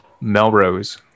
Melrose